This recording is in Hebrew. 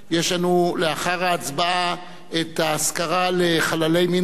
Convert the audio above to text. יש לנו לאחר ההצבעה האזכרה לחללי מינכן,